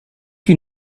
you